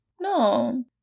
No